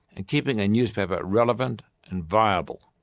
and keeping a newspaper relevant and viable.